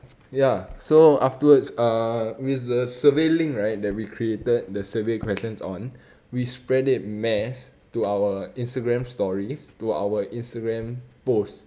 ya so afterwards uh with the survey link right that we created the survey questions on we spread it mass to our instagram stories to our instagram post